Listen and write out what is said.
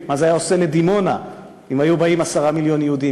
מה זה היה עושה לדימונה אם היו באים 10 מיליון יהודים,